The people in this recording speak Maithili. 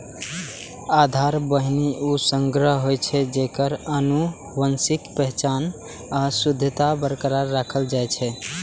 आधार बीहनि ऊ संग्रह होइ छै, जेकर आनुवंशिक पहचान आ शुद्धता बरकरार राखल जाइ छै